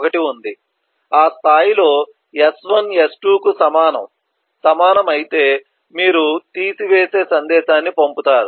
1 ఉంది ఆ స్థాయిలో s1 s2 కు సమానం అయితే మీరు తీసివేసే సందేశాన్ని పంపుతారు